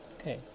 okay